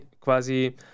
quasi